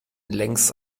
längs